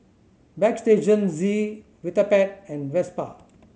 Bagstationz Vitapet and Vespa